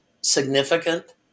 significant